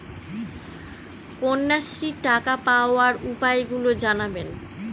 কন্যাশ্রীর টাকা পাওয়ার উপায়গুলি জানাবেন?